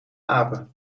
apen